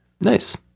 Nice